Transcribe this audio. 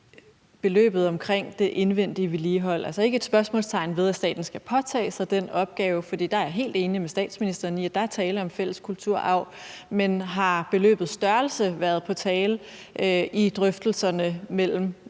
nemlig beløbet i forhold til det indvendige vedligehold, og jeg sætter altså ikke spørgsmålstegn ved, at staten skal påtage sig den opgave. For jeg er helt enig med statsministeren i, at der er tale om fælles kulturarv, men har beløbets størrelse været på tale i drøftelserne mellem